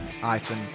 iPhone